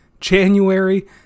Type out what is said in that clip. January